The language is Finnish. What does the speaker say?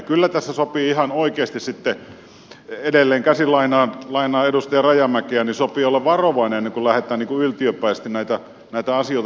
kyllä tässä sopii ihan oikeasti sitten edelleenkäsin lainaan edustaja rajamäkeä olla varovainen ennen kuin lähdetään yltiöpäisesti näitä asioita tekemään